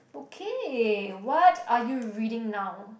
okay what are you reading now